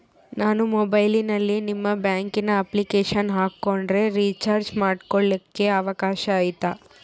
ನಾನು ಮೊಬೈಲಿನಲ್ಲಿ ನಿಮ್ಮ ಬ್ಯಾಂಕಿನ ಅಪ್ಲಿಕೇಶನ್ ಹಾಕೊಂಡ್ರೆ ರೇಚಾರ್ಜ್ ಮಾಡ್ಕೊಳಿಕ್ಕೇ ಅವಕಾಶ ಐತಾ?